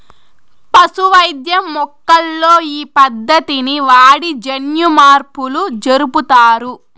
పశు వైద్యం మొక్కల్లో ఈ పద్దతిని వాడి జన్యుమార్పులు జరుపుతారు